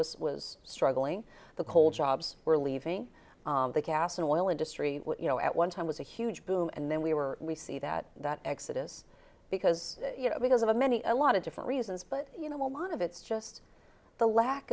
was was struggling the coal jobs were leaving the gas and oil industry you know at one time was a huge boom and then we were we see that exodus because you know because of a many a lot of different reasons but you know a lot of it's just the lack